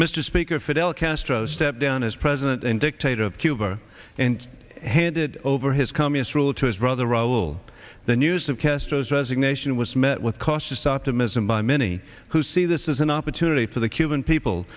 mr speaker fidel castro stepped down as president and dictator of cuba and handed over his comments rule to his brother raul the news of castro's resignation was met with cautious optimism by many who see this as an opportunity for the cuban people